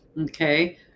Okay